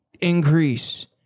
increase